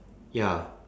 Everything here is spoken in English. ya